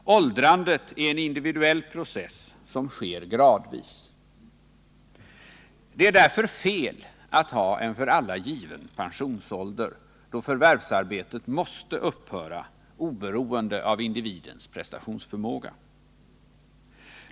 Åldrandet är en individuell process som sker gradvis. Det är därför fel att ha en för alla given pensionsålder, då förvärvsarbetet måste upphöra, oberoende av individens prestationsförmåga.